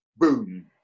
boom